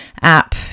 app